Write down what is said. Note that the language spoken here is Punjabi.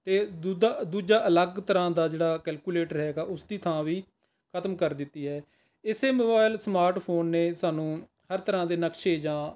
ਅਤੇ ਦੂਦਾ ਦੂਜਾ ਅਲੱਗ ਤਰ੍ਹਾਂ ਦਾ ਜਿਹੜਾ ਕੈਲਕੁਲੇਟਰ ਹੈਗਾ ਉਸਦੀ ਥਾਂ ਵੀ ਖ਼ਤਮ ਕਰ ਦਿੱਤੀ ਹੈ ਇਸੇ ਮੋਬਾਇਲ ਸਮਾਰਟ ਫ਼ੋਨ ਨੇ ਸਾਨੂੰ ਹਰ ਤਰ੍ਹਾਂ ਦੇ ਨਕਸ਼ੇ ਜਾਂ